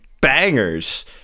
bangers